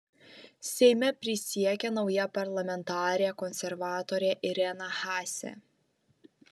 seime prisiekė nauja parlamentarė konservatorė irena haase